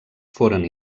foren